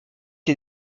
est